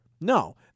No